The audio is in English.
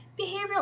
behavioral